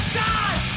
die